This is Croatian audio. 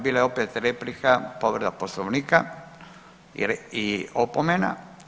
Bila je opet replika, povreda poslovnika i opomena.